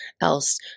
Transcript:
else